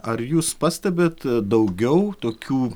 ar jūs pastebit daugiau tokių